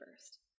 first